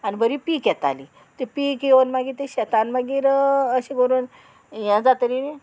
आनी बरी पीक येताली ती पीक येवन मागीर ते शेतान मागीर अशें करून हे जाती